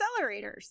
accelerators